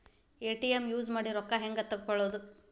ATM use ಮಾಡಿ ರೊಕ್ಕ ಹೆಂಗೆ ತಕ್ಕೊಳೋದು?